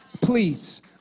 Please